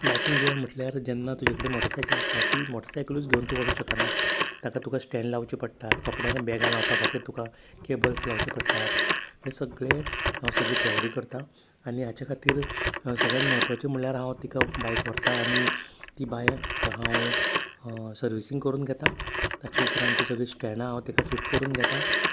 biking gear म्हटल्यार जेन्ना तुजे कडेन मोटसायकल आसता ती मोटसायकलूच तूं वचो शकना ताका तूं स्टँड लावचे पडटा कपड्याक बॅगां लावपा खातीर तें तुका केबल्स लावचे पडटात हें सगलें हांव सगळें तयारी करता आणी हाचे खातीर सगल्यान महत्वाचें म्हणल्यार हांव तिका बायक व्हरता आनी ती बायक हांव सरविसींग करून घेता ताचे उपरांत ती सगले स्टँडां हांव तीं ताका फीट करून घेता